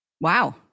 Wow